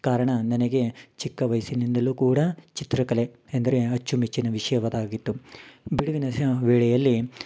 ಕಾರಣ ನನಗೆ ಚಿಕ್ಕ ವಯಸ್ಸಿನಿಂದಲೂ ಕೂಡ ಚಿತ್ರಕಲೆ ಎಂದರೆ ಅಚ್ಚುಮೆಚ್ಚಿನ ವಿಷ್ಯವದಾಗಿತ್ತು ಬಿಡುವಿನ ವೇಳೆಯಲ್ಲಿ